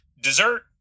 dessert